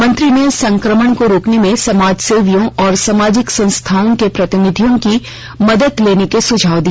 मंत्री ने संक्रमण को रोकने में समाजसेवियों और सामाजिक संस्थाओं को प्रतिनिधियों की मदद लेने का सुझाव दिया